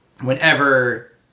whenever